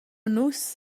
nus